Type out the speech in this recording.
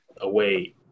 away